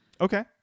Okay